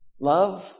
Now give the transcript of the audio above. Love